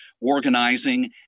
organizing